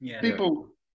People